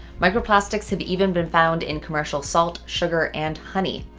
microplastics have even been found in commercial salt, sugar, and honey.